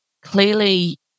Clearly